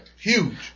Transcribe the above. huge